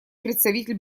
представитель